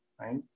right